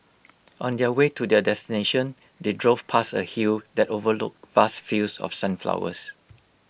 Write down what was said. on their way to their destination they drove past A hill that overlooked vast fields of sunflowers